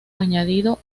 añadido